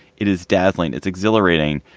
it is dazzling. it's exhilarating.